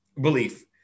belief